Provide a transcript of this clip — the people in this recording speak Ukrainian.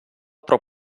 про